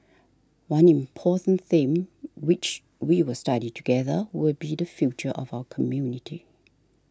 one important theme which we will study together will be the future of our community